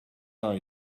are